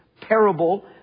parable